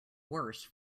worse